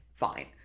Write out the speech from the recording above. fine